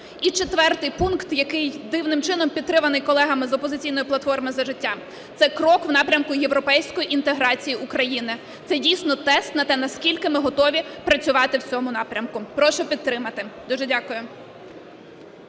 І четвертий пункт, який дивним чином підтриманий колегами з "Опозиційної платформи – За життя", – це крок в напрямку європейської інтеграції України. Це дійсно тест на те, наскільки ми готові працювати в цьому напрямку. Прошу підтримати. Дуже дякую.